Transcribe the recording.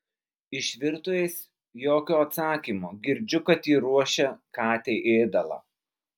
iš virtuvės jokio atsakymo girdžiu kad ji ruošia katei ėdalą